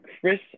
Chris